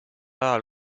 ajal